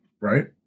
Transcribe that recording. right